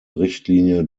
richtlinie